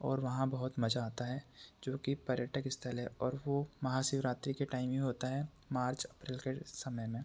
और वहाँ बहुत मज़ा लगता है जो की पर्यटक स्थल है और वो महाशिवरात्रि के टाइम ही होता है मार्च अप्रिल के समय में